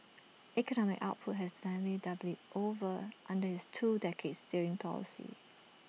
economic output has nearly doubled over under his two decades steering policy